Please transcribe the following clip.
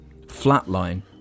flatline